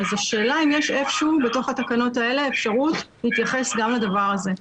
השאלה אם יש איפשהו בתוך התקנות האלה אפשרות להתייחס גם לדבר הזה.